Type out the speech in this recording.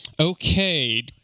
okay